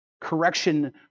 Correction